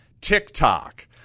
TikTok